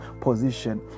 position